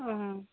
অঁ